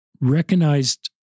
recognized